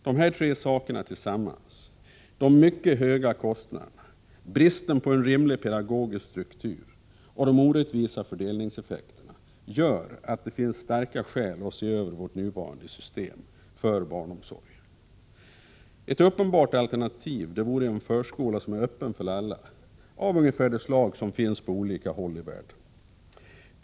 De här tre sakerna tillsammans — de mycket höga kostnaderna, bristen på en rimlig pedagogisk struktur och de orättvisa fördelningseffekterna — gör att det finns starka skäl att se över vårt nuvarande system för barnomsorg. Ett uppenbart alternativ vore en förskola som är öppen för alla, av ungefär det slag som finns på olika håll i världen.